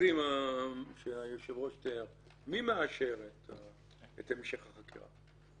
במקרים שהיושב-ראש תיאר, מי מאשר את המשך החקירה?